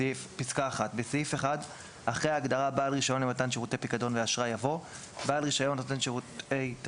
התשפ"ב-2021 בסעיף 1 - אחרי ההגדרה "בעל רישיון למתן שירותי פיקדון